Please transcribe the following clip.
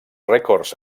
rècords